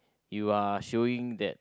you are showing that